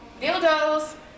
dildos